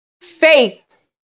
Faith